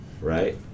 right